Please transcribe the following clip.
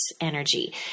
energy